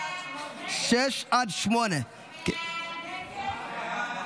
סעיפים 6 8. סעיפים 6 8 נתקבלו.